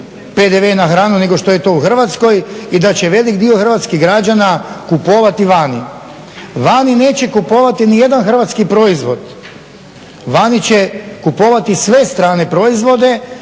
PDV na hranu nego što je to u Hrvatskoj. I da će veliki broj hrvatskih građana kupovati vani. Vani neće kupovati niti jedan hrvatski proizvod, vani će kupovati sve strane proizvode,